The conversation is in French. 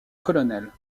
colonel